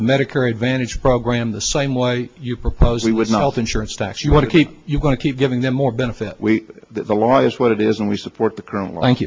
the medicare advantage program the same way you propose we would not alter insurance tax you want to keep you going to keep giving them more benefit the law is what it is and we support the current line